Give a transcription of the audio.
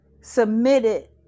submitted